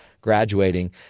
graduating